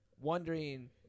wondering